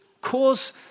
cause